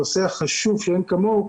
הנושא החשוב שאין כמוהו,